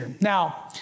now